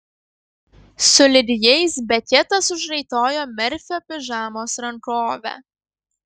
sulig jais beketas užraitojo merfio pižamos rankovę